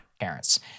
Parents